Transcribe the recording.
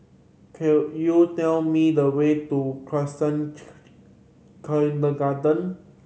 could you tell me the way to Khalsa Kindergarten